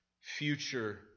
future